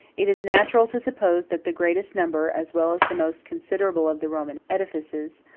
it is natural to suppose that the greatest number, as well as the most considerable of the roman edifices,